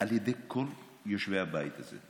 על ידי כל יושבי הבית הזה.